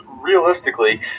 realistically